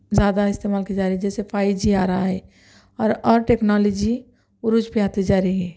زیادہ استعمال کی جا رہی ہے جیسے فائیو جی آ رہا ہے اور اور ٹیکنالوجی عروج پہ آتی جا رہی ہے